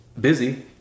busy